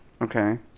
Okay